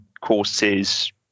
courses